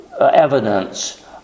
evidence